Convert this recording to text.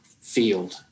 field